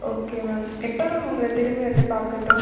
okay ma'am எப்போ ma'am உங்களை திரும்பி வந்து பார்க்கட்டும்